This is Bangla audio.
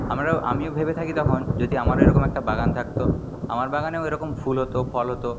আমরাও আমিও ভেবে থাকি তখন যদি আমারও এরকম একটা বাগান থাকত আমার বাগানেও এরকম ফুল হত ফল হত